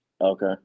Okay